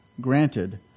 Granted